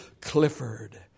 Clifford